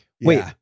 Wait